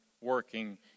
working